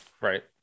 Right